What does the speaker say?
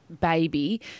baby